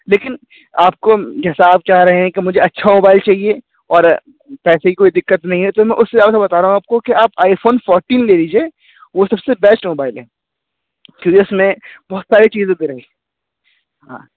لیکن آپ کو جیسا آپ چاہ رہے ہیں کہ مجھے اچھا موبائل چاہیے اور پیسے کی کوئی دقت نہیں ہے تو میں اس حساب سے بتا رہا ہوں آپ کو کہ آپ آئی فون فورٹین لے لیجیے وہ سب سے بیسٹ موبائل ہے کیونکہ اس میں بہت ساری چیزوں ہاں